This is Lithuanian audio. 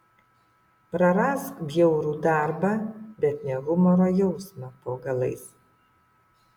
prarask bjaurų darbą bet ne humoro jausmą po galais